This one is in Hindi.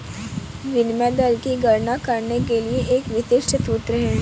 विनिमय दर की गणना करने के लिए एक विशिष्ट सूत्र है